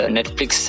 Netflix